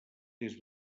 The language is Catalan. des